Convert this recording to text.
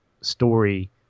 story